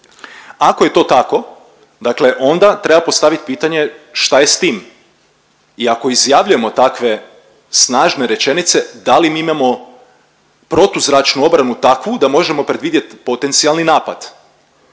Ako je to tako, dakle onda treba postavit pitanje šta je s tim i ako izjavljujemo takve snažne rečenice, da li mi imamo protuzračnu obranu takvu da možemo predvidjeti potencijalni napad?